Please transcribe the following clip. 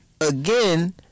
again